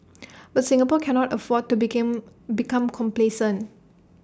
but Singapore cannot afford to became become complacent